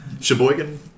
Sheboygan